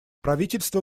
правительство